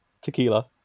Tequila